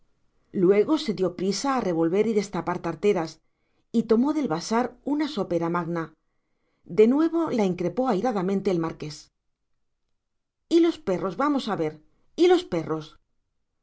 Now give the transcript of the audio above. luego se dio prisa a revolver y destapar tarteras y tomó del vasar una sopera magna de nuevo la increpó airadamente el marqués y los perros vamos a ver y los perros